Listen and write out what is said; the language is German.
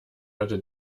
hatte